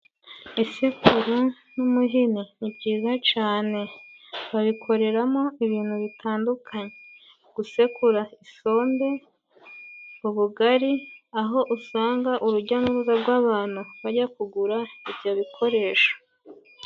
Isekuru n'umuhini ni byiza cane babikoreramo ibintu bitandukanye, gusekura isombe, ubugari aho usanga urujya n'uruza rw'abantu bajya kugura ibyo bikoresho.